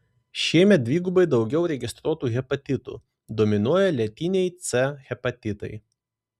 šiemet dvigubai daugiau registruotų hepatitų dominuoja lėtiniai c hepatitai